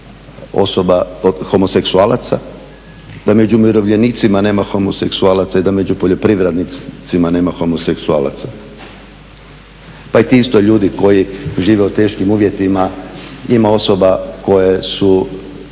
osoba, homoseksualaca, da među umirovljenicima nema homoseksualaca i da među poljoprivrednicima nema homoseksualaca? Pa i ti isto ljudi koji žive u teškim uvjetima, ima osoba koje su